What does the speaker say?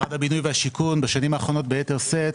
משרד הבינוי והשיכון, בשנים האחרונות ביתר שאת,